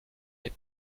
les